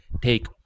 take